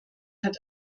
hat